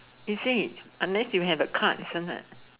he say it unless you have a card inside